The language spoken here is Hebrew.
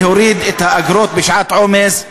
להוריד את האגרות בשעת עומס,